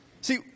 See